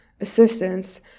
assistance